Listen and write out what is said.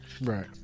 Right